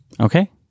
Okay